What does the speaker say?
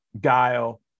guile